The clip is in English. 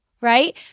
right